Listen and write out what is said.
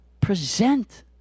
Present